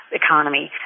economy